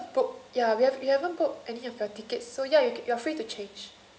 book ya we haven't we haven't book any of the tickets so ya you you're free to change